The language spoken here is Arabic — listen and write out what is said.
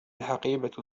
الحقيبة